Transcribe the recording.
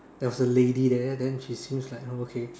there was a lady there then she seems like oh okay